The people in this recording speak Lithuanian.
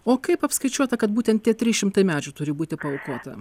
o kaip apskaičiuota kad būtent tie trys šimtai medžių turi būti paaukota